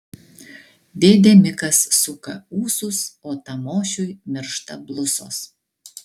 dėdė mikas suka ūsus o tamošiui miršta blusos